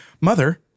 Mother